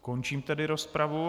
Končím tedy rozpravu.